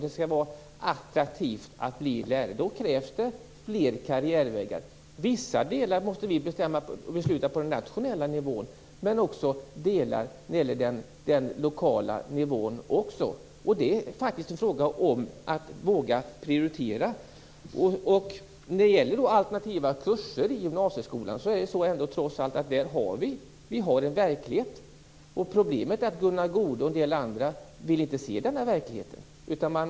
Det skall vara attraktivt att bli lärare. Då krävs det fler karriärvägar. Vissa delar måste beslutas på den nationella nivån, och det gäller den lokala nivån också. Det är faktiskt fråga om att våga prioritera. När det gäller alternativa kurser på gymnasieskolan finns det en verklighet. Problemet är att Gunnar Goude och en del andra inte vill se verkligheten.